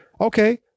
Okay